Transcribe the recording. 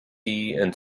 and